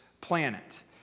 planet